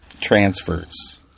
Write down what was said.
transfers